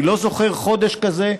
אני לא זוכר חודש כזה,